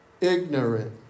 Ignorant